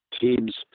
teams